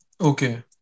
Okay